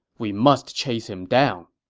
we must chase him down.